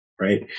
Right